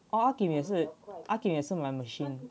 oh ah kim 也是 ah kim 也是买 machine